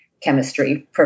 chemistry